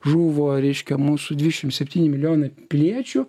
žuvo reiškia mūsų dvišim septyni milijonai piliečių